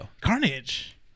Carnage